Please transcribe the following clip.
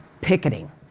Picketing